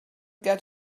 get